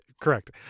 correct